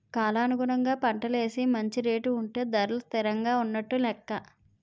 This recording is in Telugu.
కాలానుగుణంగా పంటలేసి మంచి రేటు ఉంటే ధరలు తిరంగా ఉన్నట్టు నెక్క